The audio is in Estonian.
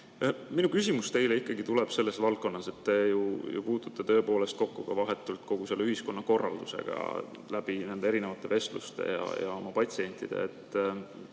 Minu küsimus teile tuleb sellest valdkonnast, et te puutute tõepoolest ka vahetult kokku kogu selle ühiskonnakorraldusega nende erinevate vestluste ja oma patsientide